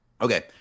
okay